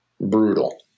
brutal